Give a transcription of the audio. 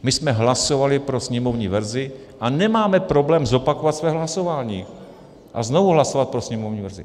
My jsme hlasovali pro sněmovní verzi a nemáme problém zopakovat své hlasování a znovu hlasovat pro sněmovní verzi.